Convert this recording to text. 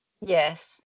yes